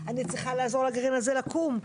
אני צריכה לעזור לגרעין הזה לקום,